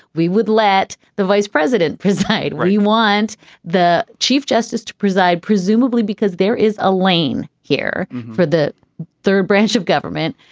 we would let the vice president preside where you want the chief justice to preside presumably because there is a lane here for the third branch of government.